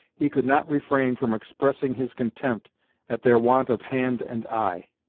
he could not refrain from expressing his contempt at their want of hand and eye.